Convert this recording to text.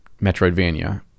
metroidvania